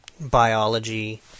biology